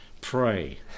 pray